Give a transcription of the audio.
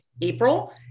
April